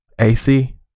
AC